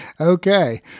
Okay